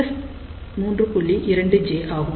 2j ஆகும்